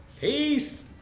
Peace